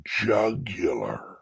jugular